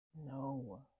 No